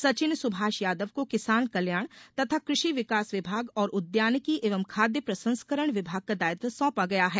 सचिन सुभाष यादव को किसान कल्याण तथा कृषि विकास विभाग और उद्यानिकी एवं खाद्य प्रसंस्करण विभाग का दायित्व सौंपा गया है